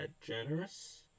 generous